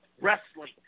wrestling